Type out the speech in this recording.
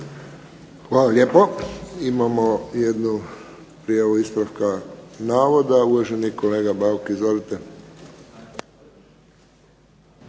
Hvala lijepo. Imamo jednu prijavu ispravka navoda, uvaženi kolega Bauk. Izvolite.